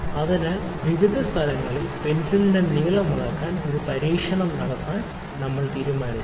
അതിനാൽ വിവിധ സ്ഥലങ്ങളിൽ പെൻസിലിന്റെ നീളം അളക്കാൻ ഒരു പരീക്ഷണം നടത്താൻ നമ്മൾ തീരുമാനിച്ചു